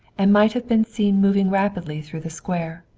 and might have been seen moving rapidly through the square,